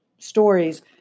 Stories